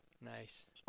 Nice